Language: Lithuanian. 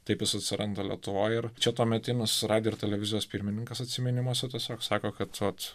taip jis atsiranda lietuvoj ir čia tuometinis radijo ir televizijos pirmininkas atsiminimuose tiesiog sako kad vat